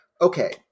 okay